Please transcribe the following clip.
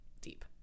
deep